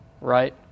right